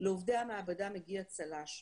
לעובדי המעבדה מגיע צל"ש,